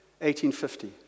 1850